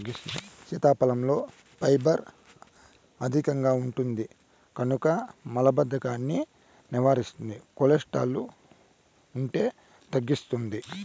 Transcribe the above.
సీతాఫలంలో ఫైబర్ అధికంగా ఉంటుంది కనుక మలబద్ధకాన్ని నివారిస్తుంది, కొలెస్ట్రాల్ను తగ్గిస్తుంది